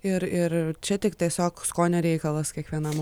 ir ir čia tik tiesiog skonio reikalas kiekvienam